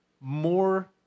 more